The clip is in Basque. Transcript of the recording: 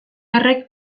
horrek